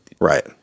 right